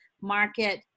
market